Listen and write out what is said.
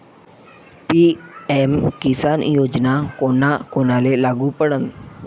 PM Kisan योजना कोना कोनाले लागू पडन?